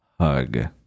hug